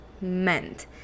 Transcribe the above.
meant